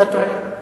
אתה טועה.